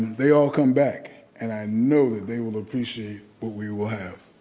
they all come back and i know that they will appreciate what we will have.